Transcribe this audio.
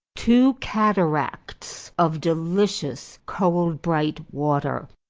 two cataracts of delicious cold-bright water.